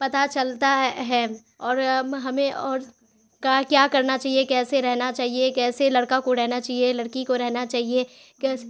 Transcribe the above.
پتہ چلتا ہے اور ہمیں اور کا کیا کرنا چاہیے کیسے رہنا چاہیے کیسے لڑکا کو رہنا چاہیے لڑکی کو رہنا چاہیے کیسے